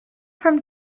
from